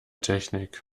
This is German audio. technik